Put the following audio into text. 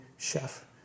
chef